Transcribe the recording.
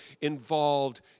involved